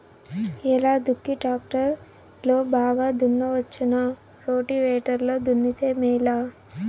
ఎలా దుక్కి టాక్టర్ లో బాగా దున్నవచ్చునా రోటివేటర్ లో దున్నితే మేలా?